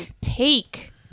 take